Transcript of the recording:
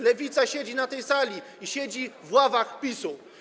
Lewica siedzi na tej sali, siedzi w ławach PiS.